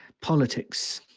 politics,